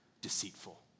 deceitful